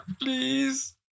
please